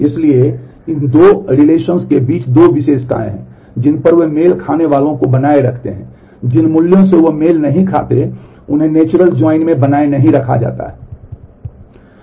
इसलिए इन दो संबंधों के बीच दो विशेषताएँ हैं जिन पर वे मेल खाने वाले मानों को बनाए रखते हैं जिन मूल्यों से वे मेल नहीं खाते हैं उन्हें नेचुरल ज्वाइन में बनाए नहीं रखा जाता है